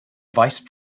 vice